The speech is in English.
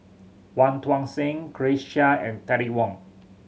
Wong Tuang Seng Grace Chia and Terry Wong